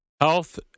health